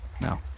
No